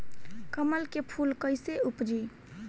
कमल के फूल कईसे उपजी?